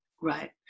Right